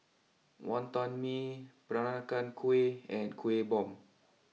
Wonton Mee Peranakan Kueh and Kueh Bom